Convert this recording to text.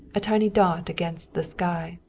a tiny dot against the sky.